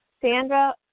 Sandra